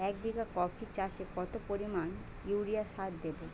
এক বিঘা কপি চাষে কত পরিমাণ ইউরিয়া সার দেবো?